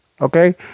Okay